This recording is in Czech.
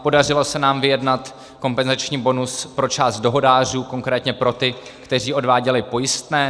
Podařilo se nám vyjednat kompenzační bonus pro část dohodářů, konkrétně pro ty, které odváděli pojistné.